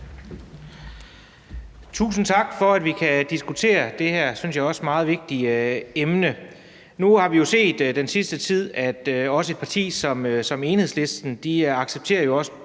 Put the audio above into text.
Tusind tak for, at vi kan diskutere det her, synes jeg også, meget vigtige emne. Nu har vi jo set den sidste tid, at også et parti som Enhedslisten accepterer tingenes